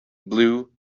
blue